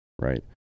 right